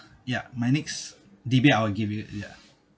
ya my next debate I'll give you ya